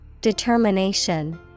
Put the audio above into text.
Determination